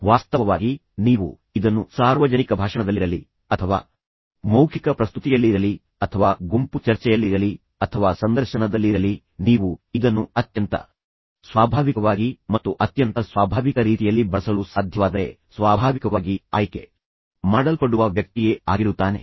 ವಾಸ್ತವವಾಗಿ ನೀವು ಇದನ್ನು ಸಾರ್ವಜನಿಕ ಭಾಷಣದಲ್ಲಿರಲಿ ಅಥವಾ ಮೌಖಿಕ ಪ್ರಸ್ತುತಿಯಲ್ಲಿರಲಿ ಅಥವಾ ಗುಂಪು ಚರ್ಚೆಯಲ್ಲಿರಲಿ ಅಥವಾ ಸಂದರ್ಶನದಲ್ಲಿರಲಿ ನೀವು ಇದನ್ನು ಅತ್ಯಂತ ಸ್ವಾಭಾವಿಕವಾಗಿ ಮತ್ತು ಅತ್ಯಂತ ಸ್ವಾಭಾವಿಕ ರೀತಿಯಲ್ಲಿ ಬಳಸಲು ಸಾಧ್ಯವಾದರೆ ಸ್ವಾಭಾವಿಕವಾಗಿ ಆಯ್ಕೆ ಮಾಡಲ್ಪಡುವ ವ್ಯಕ್ತಿಯೇ ಆಗಿರುತ್ತಾನೆ